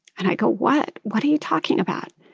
and i go, what? what are you talking about?